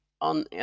on